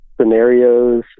scenarios